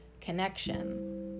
connection